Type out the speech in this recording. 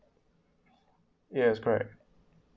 yes correct